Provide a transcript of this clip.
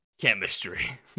chemistry